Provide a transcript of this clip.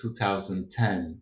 2010